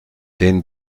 den